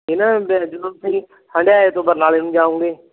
ਇਹ ਨਾ ਜਦੋਂ ਤੁਸੀਂ ਹੰਡਾਇਆ ਤੋਂ ਬਰਨਾਲੇ ਨੂੰ ਜਾਓਂਗੇ